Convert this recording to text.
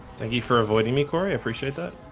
thank you for avoiding me cory, i appreciate that